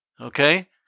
Okay